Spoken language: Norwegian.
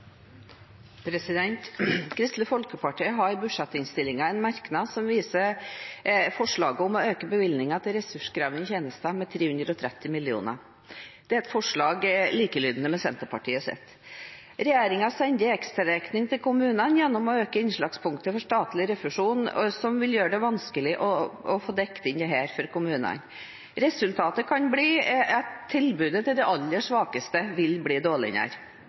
Kristelig Folkeparti har i budsjettinnstillingen en merknad som viser et forslag om å øke bevilgningen til ressurskrevende tjenester med 330 mill. kr. Det er et forslag likelydende med Senterpartiets. Regjeringen sender en ekstraregning til kommunene gjennom å øke innslagspunktet for statlig refusjon, som vil gjøre det vanskelig å få dekt inn dette for kommunene. Resultatet kan bli at tilbudet til de aller svakeste vil bli dårligere.